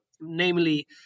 namely